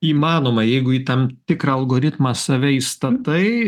įmanoma jeigu į tam tikrą algoritmą save įstatai